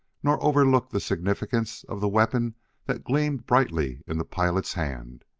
nor overlook the significance of the weapon that gleamed brightly in the pilot's hand.